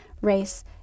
race